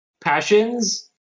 passions